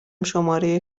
شماره